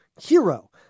hero